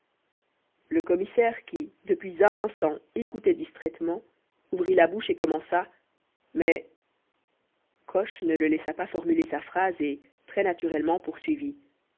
le commissaire qui depuis un instant écoutait distraitement ouvrit la bouche et commença mais coche ne le laissa pas formuler sa phrase et très naturellement poursuivit